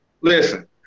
listen